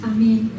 Amen